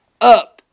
up